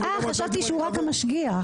חשבתי שהוא רק המשגיח.